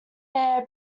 their